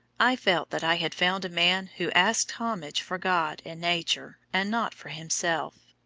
i felt that i had found a man who asked homage for god and nature, and not for himself.